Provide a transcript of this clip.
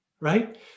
right